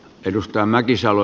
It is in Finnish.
arvoisa puhemies